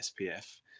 SPF